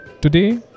today